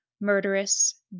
murderous